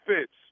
Fitz